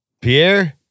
Pierre